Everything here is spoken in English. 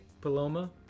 Paloma